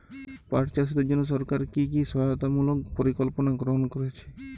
পাট চাষীদের জন্য সরকার কি কি সহায়তামূলক পরিকল্পনা গ্রহণ করেছে?